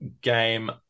game